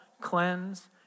cleanse